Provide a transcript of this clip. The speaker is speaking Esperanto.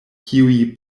kiuj